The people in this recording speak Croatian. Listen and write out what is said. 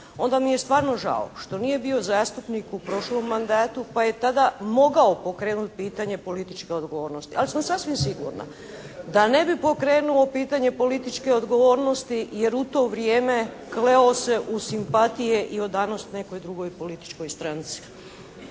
onda mi je stvarno žao što nije bio zastupnik u prošlom mandatu pa je tada mogao pokrenuti pitanje političke odgovornosti. Ali sam sasvim sigurna da ne bi pokrenuo pitanje političke odgovornosti jer u to vrijeme kleo se u simpatije i odanost nekoj drugoj političkoj stranci.